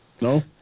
No